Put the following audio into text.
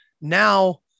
now